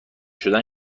شدن